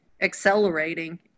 accelerating